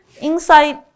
inside